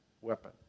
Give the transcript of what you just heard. weapon